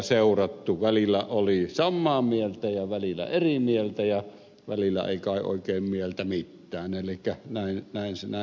välillä oli samaa mieltä ja välillä eri mieltä ja välillä ei kai oikein mieltä mitään elikkä näin se menee